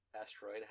asteroid